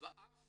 ואף